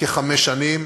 כחמש שנים,